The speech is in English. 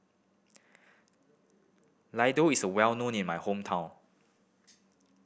laddu is well known in my hometown